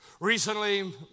Recently